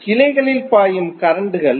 கிளைகளில் பாயும் கரண்ட் கள்